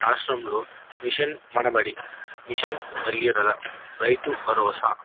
రాష్ట్రంలో mission Manabadi mission Bhagiratha రైతు పరోస